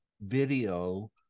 video